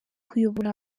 kuyobora